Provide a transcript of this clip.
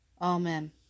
Amen